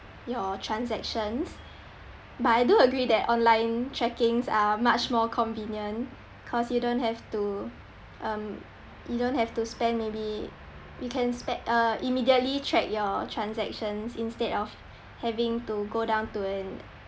your transactions but I do agree that online trackings are much more convenient cause you don't have to um you don't have to spend maybe you can spec~ uh immediately track your transactions instead of having to go down to an